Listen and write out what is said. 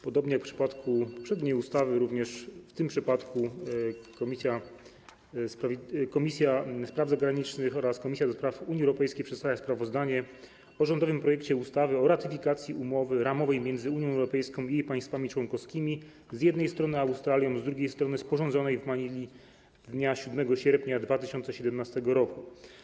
Podobnie jak w przypadku poprzedniej ustawy, również w tym przypadku Komisja Spraw Zagranicznych oraz Komisja do Spraw Unii Europejskiej przedstawią sprawozdanie o rządowym projekcie ustawy o ratyfikacji Umowy ramowej między Unią Europejską i jej państwami członkowskimi, z jednej strony, a Australią, z drugiej, sporządzonej w Manili dnia 7 sierpnia 2017 r.